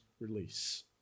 release